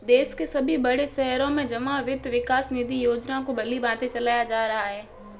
देश के सभी बड़े शहरों में जमा वित्त विकास निधि योजना को भलीभांति चलाया जा रहा है